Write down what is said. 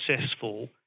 successful